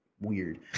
weird